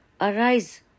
arise